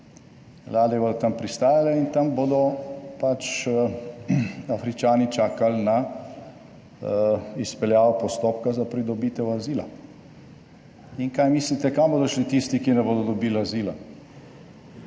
ladje bodo tam pristajale in tam bodo pač Afričani čakali na izpeljavo postopka za pridobitev azila. Kaj mislite, kam bodo šli tisti, ki ne bodo dobili azila?